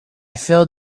failed